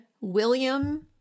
William